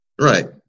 Right